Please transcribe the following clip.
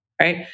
right